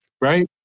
right